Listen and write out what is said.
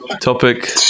topic